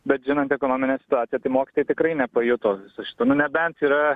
bet žinant ekonominę situaciją tai mokytojai tikrai nepajuto visų šitų nu nebent yra